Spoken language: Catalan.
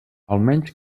almenys